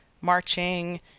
marching